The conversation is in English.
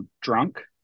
drunk